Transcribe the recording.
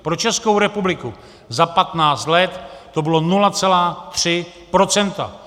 Pro Českou republiku za 15 let to bylo 0,3 %.